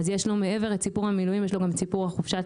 אז מעבר לסיפור המילואים יש לו גם את סיפור חופשת